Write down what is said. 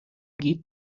geht